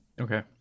Okay